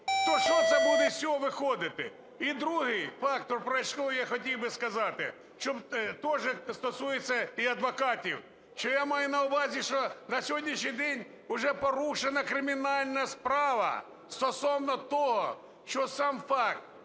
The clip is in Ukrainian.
то що це буде з цього виходити? І другий фактор, про що я хотів би сказати, що теж стосується і адвокатів. Я маю на увазі, що на сьогоднішній день вже порушена кримінальна справа стосовно того, що сам факт